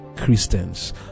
Christians